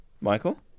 Michael